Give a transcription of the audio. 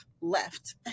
Left